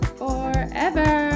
forever